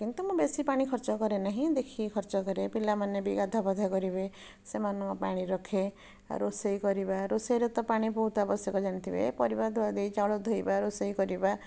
କିନ୍ତୁ ମୁଁ ବେଶି ପାଣି ଖର୍ଚ୍ଚ କରେ ନାହିଁ ଦେଖିକି ଖର୍ଚ୍ଚ କରେ ପିଲାମାନେ ବି ଗାଧାପାଧା କରିବେ ସେମାନଙ୍କୁ ପାଣି ରଖେ ରୋଷେଇ କରିବା ରୋଷେଇରେ ତ ପାଣି ବହୁତ ଆବଶ୍ୟକ ଜାଣିଥିବେ ପରିବା ଧୁଆଧୁଇ ଚାଉଳ ଧୋଇବା ରୋଷେଇ କରିବା